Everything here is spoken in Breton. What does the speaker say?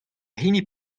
hini